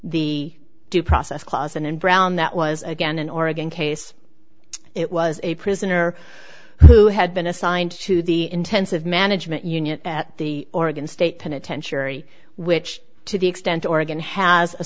the due process clause and in brown that was again an oregon case it was a prisoner who had been assigned to the intensive management unit at the oregon state penitentiary which to the extent